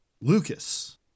Lucas